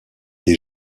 des